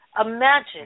Imagine